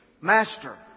Master